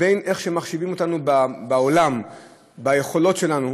בין איך שמחשיבים אותנו בעולם ביכולות שלנו